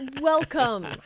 Welcome